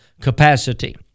capacity